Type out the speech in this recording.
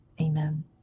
amen